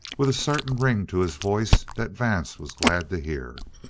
with a certain ring to his voice that vance was glad to hear.